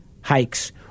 hikes